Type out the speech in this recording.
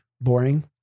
boring